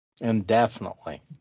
Indefinitely